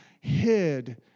hid